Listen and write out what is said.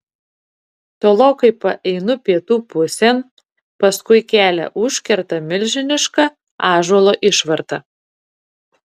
tolokai paeinu pietų pusėn paskui kelią užkerta milžiniška ąžuolo išvarta